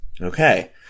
Okay